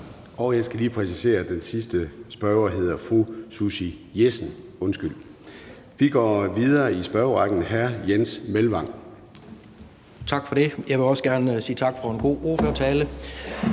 Jeg skal lige præcisere, at den seneste spørger hedder fru Susie Jessen. Undskyld. Vi går videre i spørgerrækken. Hr. Jens Meilvang. Kl. 17:29 Jens Meilvang (LA): Tak for det. Jeg vil også gerne sige tak for en god ordførertale.